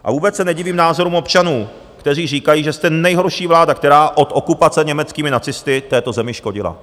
A vůbec se nedivím názorům občanů, kteří říkají, že jste nejhorší vláda, která od okupace německými nacisty této zemi škodila.